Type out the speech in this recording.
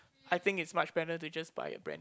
I think it's much better to just buy a brand new